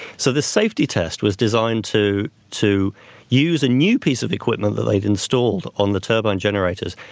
so the safety test was designed to to use a new piece of equipment that they'd installed on the turbine generators,